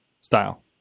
style